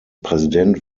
präsident